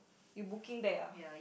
you booking back ah